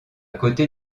côté